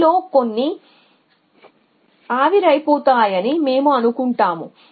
దానిలో కొంత ఆవిరైపోతుంది అని మేము అనుకుంటాము